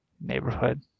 neighborhood